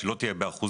שלא תהיה באחוזים,